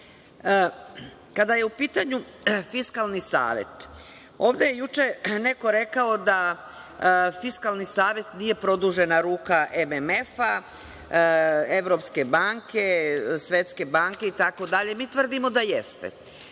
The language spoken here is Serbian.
vas. Kada je u pitanju Fiskalni savet, ovde je juče neko rekao da Fiskalni savet nije produžena ruka MMF-a, Evropske banke, Svetske banke, itd. Mi tvrdimo da jeste.